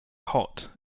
hot